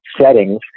settings